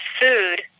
food